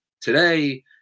today